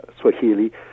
swahili